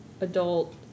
adult